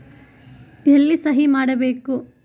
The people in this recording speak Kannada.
ಎಲ್ಲಿ ಸಹಿ ಮಾಡಬೇಕು?